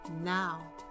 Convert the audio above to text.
now